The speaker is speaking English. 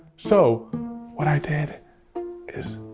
so what i did is,